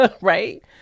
right